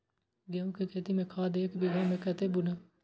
गेंहू के खेती में खाद ऐक बीघा में कते बुनब?